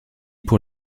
pour